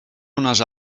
unes